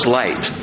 light